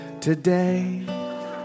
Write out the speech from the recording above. Today